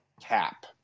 cap